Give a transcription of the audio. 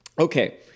okay